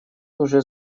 уже